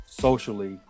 socially